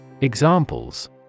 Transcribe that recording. Examples